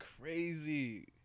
Crazy